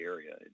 Area